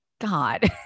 God